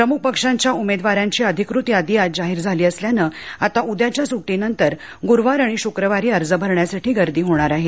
प्रम्ख पक्षाच्या उमेदवारांची अधिकृत यादी आज जाहीर झाली असल्याने आता उद्याच्या सुटीनंतर गुरुवार आणि शुक्रवारी अर्ज भरण्यासाठी गर्दी होणार आहे